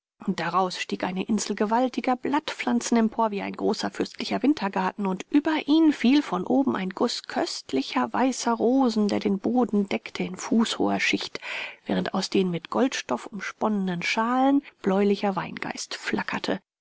daraus stieg eine insel gewaltiger blattpflanzen empor wie ein großer fürstlicher wintergarten und über ihn fiel von oben ein guß köstlicher weißer rosen der den boden deckte in fußhoher schicht während aus den mit goldstoff umsponnenen schalen bläulicher weingeist flackerte